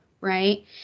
Right